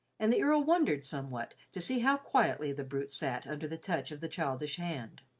and the earl wondered somewhat to see how quietly the brute sat under the touch of the childish hand.